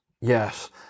yes